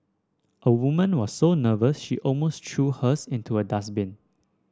a woman was so nervous she almost threw hers into a dustbin